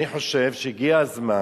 אני חושב שהגיע הזמן